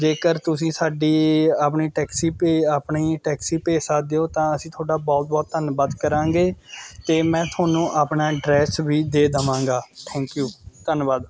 ਜੇਕਰ ਤੁਸੀਂ ਸਾਡੀ ਆਪਣੀ ਟੈਕਸੀ ਭੇ ਆਪਣੀ ਟੈਕਸੀ ਭੇਜ ਸਕਦੇ ਹੋ ਤਾਂ ਅਸੀਂ ਤੁਹਾਡਾ ਬਹੁਤ ਬਹੁਤ ਧੰਨਵਾਦ ਕਰਾਂਗੇ ਅਤੇ ਮੈਂ ਤੁਹਾਨੂੰ ਆਪਣਾ ਐਡਰੈੱਸ ਵੀ ਦੇ ਦੇਵਾਂਗਾ ਥੈਂਕ ਯੂ ਧੰਨਵਾਦ